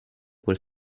quel